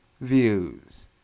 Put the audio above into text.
views